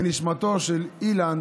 ונשמתו של אילן